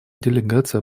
делегация